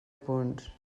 punts